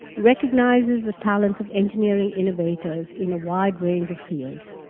recognises the talents of engineering innovators in a wide range of fields.